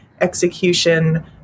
execution